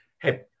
Hey